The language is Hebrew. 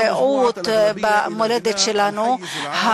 כמיעוט במולדת שלנו,